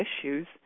issues